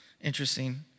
interesting